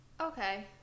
Okay